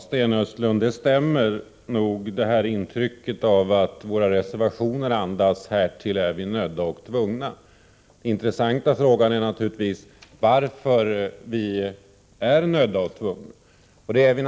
Herr talman! Sten Östlunds intryck av att våra reservationer andas ”härtill är jag nödd och tvungen” stämmer. Den intressanta frågan är naturligtvis varför det är så.